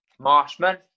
Marshman